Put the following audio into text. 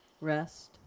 Rest